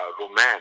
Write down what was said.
romance